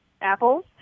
apples